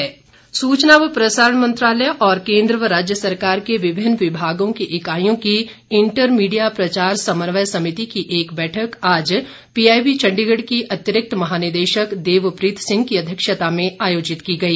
webinar सूचना व प्रसारण मंत्रालय और केंद्र व राज्य सरकार के विभागों की इकाईयों की इंटर मीडिया प्रचार समन्वय समिति की एक बैठक आज पीआईबी चंडीगढ़ की अतिरिक्त महानिदेशक देवप्रीत सिंह की अध्यक्षता में आयोजित की गई